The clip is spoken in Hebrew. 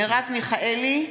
מרב מיכאלי,